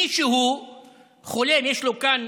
מישהו חולם, יש לו כאן